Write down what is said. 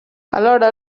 alhora